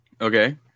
Okay